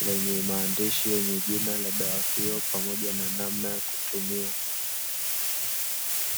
lenye maandishi yenye jina la hiyo pamoja na namna ya kutumia.